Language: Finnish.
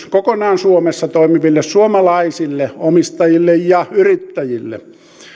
kokonaan suomessa toimiville suomalaisille omistajille ja yrittäjille